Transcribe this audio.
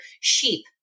sheep